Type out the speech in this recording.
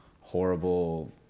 horrible